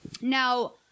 Now